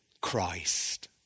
Christ